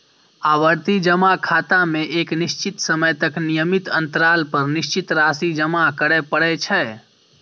आवर्ती जमा खाता मे एक निश्चित समय तक नियमित अंतराल पर निश्चित राशि जमा करय पड़ै छै